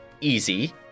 easy